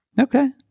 Okay